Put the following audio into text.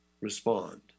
respond